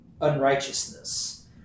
unrighteousness